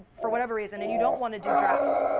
for whatever reason, and you don't want to do draft,